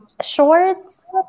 shorts